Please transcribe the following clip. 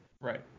Right